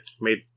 made